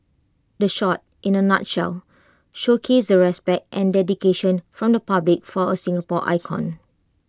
the shot in A nutshell showcased the respect and dedication from the public for A Singapore icon